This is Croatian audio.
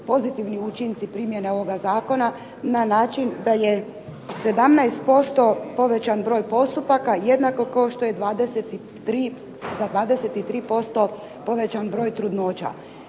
pozitivni učinci primjene ovoga zakona na način da je 17% povećan broj postupaka, jednako kao što je za 23% povećan broj trudnoća.